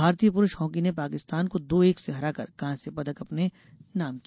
भारतीय पुरूष हॉकी ने पाकिस्तान को दो एक से हराकर कांस्य पदक अपने नाम किया